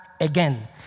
again